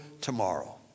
tomorrow